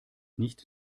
nicht